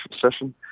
session